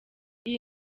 iyi